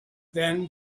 then